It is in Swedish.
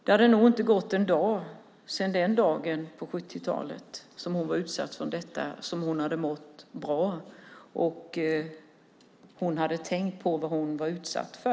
Det hade nog inte gått en dag sedan den där dagen på 70-talet då hon blev utsatt för detta som hon hade mått bra och inte tänkt på vad hon blivit utsatt för.